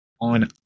on